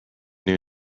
new